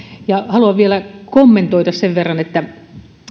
haluan vielä kommentoida sen verran että